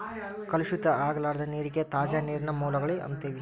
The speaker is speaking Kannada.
ಕಲುಷಿತ ಆಗಲಾರದ ನೇರಿಗೆ ತಾಜಾ ನೇರಿನ ಮೂಲಗಳು ಅಂತೆವಿ